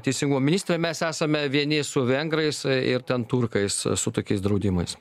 teisingumo ministrė mes esame vieni su vengrais ir ten turkais su tokiais draudimais